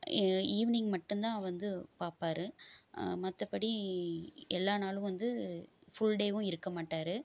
evening மட்டும் தான் வந்து பாப்பார் மற்ற படி எல்லா நாளும் வந்து ஃபுல் டேவும் இருக்கமாட்டார்